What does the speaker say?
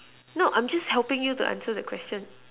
no I'm just helping you to answer the question